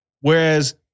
Whereas